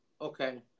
Okay